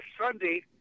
Sunday